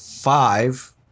five